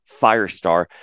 Firestar